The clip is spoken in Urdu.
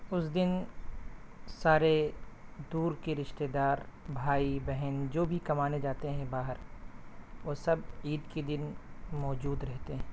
اس دن سارے دور کے رشتے دار بھائی بہن جو بھی کمانے جاتے ہیں باہر وہ سب عید کے دن موجود رہتے ہیں